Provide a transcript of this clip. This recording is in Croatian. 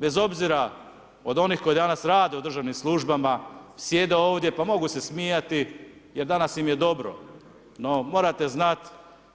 Bez obzira od onih koji danas rade u državnim službama, sjede ovdje, pa mogu se smijati jer danas im je dobro, no morate znat